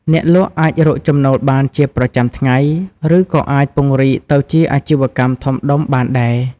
អ្នកលក់អាចរកចំណូលបានជាប្រចាំថ្ងៃ ឬក៏អាចពង្រីកទៅជាអាជីវកម្មធំដុំបានដែរ។